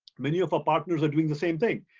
many of our partners are doing the same thing.